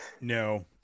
No